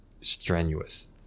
strenuous